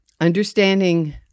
understanding